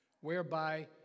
whereby